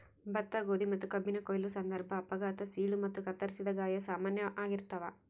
ಭತ್ತ ಗೋಧಿ ಮತ್ತುಕಬ್ಬಿನ ಕೊಯ್ಲು ಸಂದರ್ಭ ಅಪಘಾತ ಸೀಳು ಮತ್ತು ಕತ್ತರಿಸಿದ ಗಾಯ ಸಾಮಾನ್ಯ ಆಗಿರ್ತಾವ